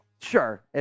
Sure